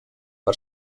per